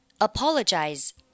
apologize